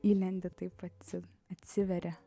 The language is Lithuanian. įlendi taip vat atsiveria